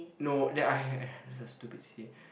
no that I had had it's a stupid C_C_A